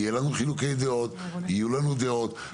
יהיו לנו חילוקי דעות, יהיו לנו דעות שונות.